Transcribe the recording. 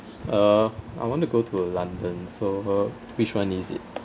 uh I want to go to london so uh which one is it